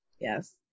Yes